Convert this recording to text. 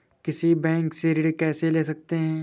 किसी बैंक से ऋण कैसे ले सकते हैं?